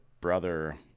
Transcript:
brother